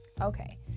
Okay